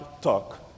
Talk